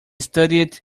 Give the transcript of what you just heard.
studied